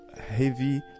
heavy